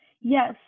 yes